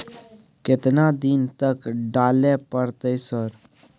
केतना दिन तक डालय परतै सर?